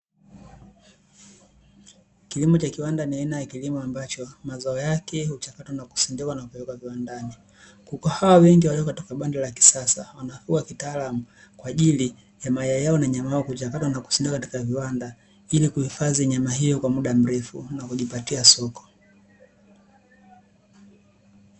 Kilimo cha kiwanda ni aina ya kilimo ambacho mazao yake hupata na kusindikwa na kupeleka viwandani, kukaa wengi walio katika banda la kisasa wanakuwa kitaalamu, kwa ajili ya mayai yao na nyama yao kuchakatwa na kusindika katika viwanda, ili kuhifadhi nyama hiyo kwa muda mrefu na kujipatia soko.